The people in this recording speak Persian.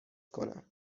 کنم